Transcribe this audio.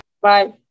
Bye